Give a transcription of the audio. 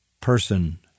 person